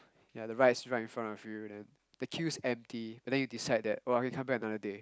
ya the rice is right in front of you then the queue's empty but then you decide that I want to come back another day